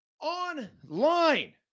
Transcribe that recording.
online